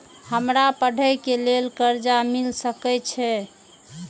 हमरा पढ़े के लेल कर्जा मिल सके छे?